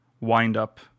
wind-up